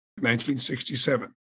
1967